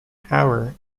power